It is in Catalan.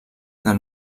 del